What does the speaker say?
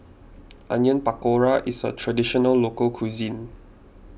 Onion Pakora is a Traditional Local Cuisine